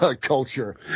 culture